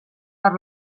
per